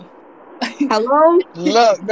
Hello